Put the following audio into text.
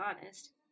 honest